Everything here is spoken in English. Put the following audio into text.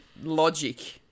logic